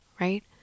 right